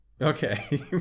Okay